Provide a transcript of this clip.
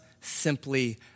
simply